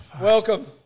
Welcome